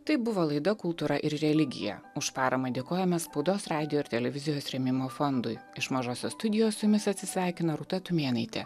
tai buvo laida kultūra ir religija už paramą dėkojame spaudos radijo ir televizijos rėmimo fondui iš mažosios studijos su jumis atsisveikina rūta tumėnaitė